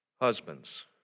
Husbands